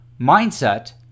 mindset